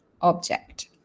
object